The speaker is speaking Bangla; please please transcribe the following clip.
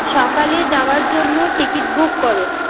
সকালে যাওয়ার জন্য টিকিট বুক করো